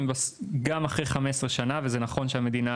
אם גם אחרי 15 שנה וזה נכון שהמדינה,